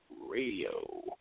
Radio